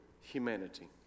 humanity